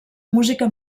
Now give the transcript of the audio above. música